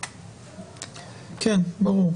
ברור.